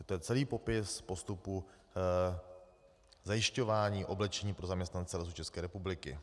To je celý popis postupu zajišťování oblečení pro zaměstnanců Lesů České republiky.